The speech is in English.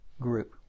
group